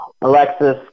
Alexis